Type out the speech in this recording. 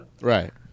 Right